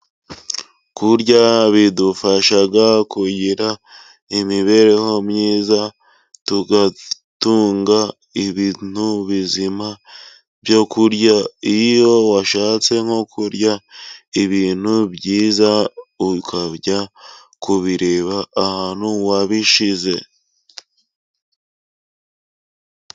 Kurya bidufasha kugira imibereho myiza, tugatunga ibintu bizima byo kurya iyo washatse nko kurya ibintu byiza, ukajya kubireba ahantu wabishyize.